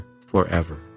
forever